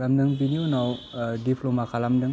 आरो आं बिनि उनाव डिप्ल'मा खालामदों